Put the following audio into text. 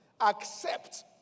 Accept